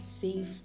safe